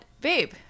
babe